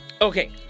Okay